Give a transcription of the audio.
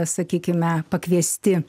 sakykime pakviesti